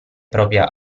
propria